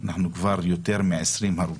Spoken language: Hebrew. אנחנו כבר יותר מ-20 הרוגים,